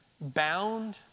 Bound